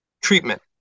treatment